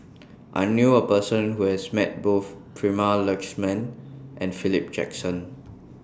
I knew A Person Who has Met Both Prema Letchumanan and Philip Jackson